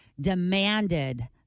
demanded